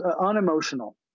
unemotional